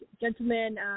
gentlemen